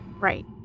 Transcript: Right